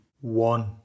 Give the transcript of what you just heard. one